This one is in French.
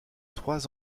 trois